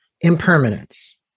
impermanence